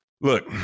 look